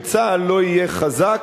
אם צה"ל לא יהיה חזק